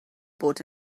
bod